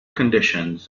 conditions